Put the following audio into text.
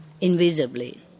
invisibly